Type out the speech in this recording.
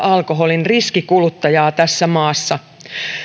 alkoholin riskikuluttajaa tässä maassa